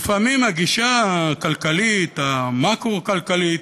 לפעמים הגישה הכלכלית, המקרו-כלכלית,